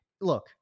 look